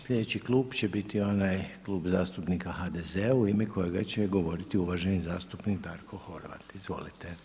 Sljedeći klub će biti onaj Klub zastupnika HDZ-a u ime kojega će govoriti uvaženi zastupnik Darko Horvat, izvolite.